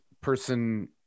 person